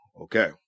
Okay